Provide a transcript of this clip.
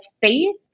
faith